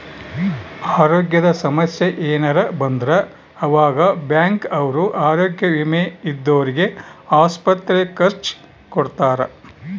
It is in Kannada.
ಅರೋಗ್ಯದ ಸಮಸ್ಸೆ ಯೆನರ ಬಂದ್ರ ಆವಾಗ ಬ್ಯಾಂಕ್ ಅವ್ರು ಆರೋಗ್ಯ ವಿಮೆ ಇದ್ದೊರ್ಗೆ ಆಸ್ಪತ್ರೆ ಖರ್ಚ ಕೊಡ್ತಾರ